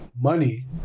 money